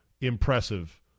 impressive